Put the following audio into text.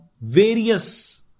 various